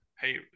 hey